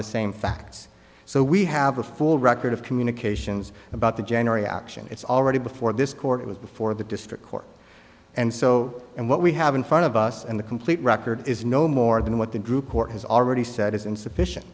the same facts so we have a full record of communications about the january action it's already before this court was before the district court and so and what we have in front of us and the complete record is no more than what the group court has already said is insufficient